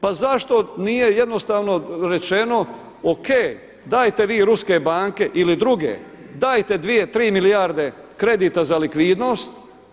Pa zašto nije jednostavno rečeno, O.K, dajte vi ruske banke ili druge, dajte 2, 3 milijarde kredita za likvidnost.